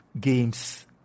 games